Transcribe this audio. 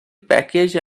package